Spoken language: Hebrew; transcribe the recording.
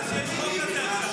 ממי ביקשת?